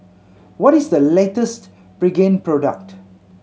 what is the latest Pregain product